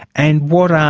and what are